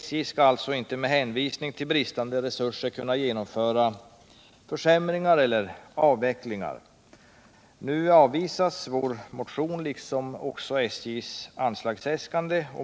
SJ skall alltså inte med hänvisning till bristande resurser kunna genomföra försämringar eller avvecklingar. Vår motion avvisas liksom SJ:s anslagsäskanden.